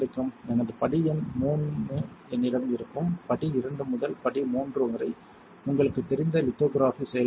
எனது படி எண் III என்னிடம் இருக்கும் படி II முதல் படி III வரை உங்களுக்குத் தெரிந்த லித்தோகிராஃபி செயல்முறை இது